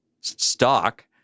stock